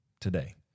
today